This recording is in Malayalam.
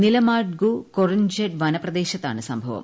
നിലമാഡ്ഗു കൊറിൻജഡ് വനപ്രദേശത്താണ് സംഭവം